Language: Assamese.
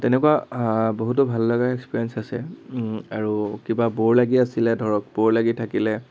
তেনেকুৱা বহুতো ভাল লগা এক্সপিৰিয়েন্স আছে আৰু কিবা ব'ৰ লাগি আছিলে ধৰক ব'ৰ লাগি থাকিলে